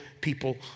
people